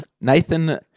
Nathan